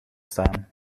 staan